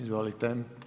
Izvolite.